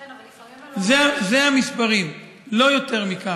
כן, אבל מספרים, אלה המספרים, לא יותר מכך,